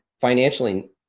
Financially